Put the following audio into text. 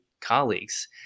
colleagues